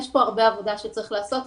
יש פה הרבה עבודה שצריך לעשות.